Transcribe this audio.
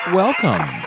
welcome